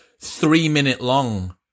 three-minute-long